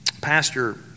Pastor